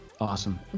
awesome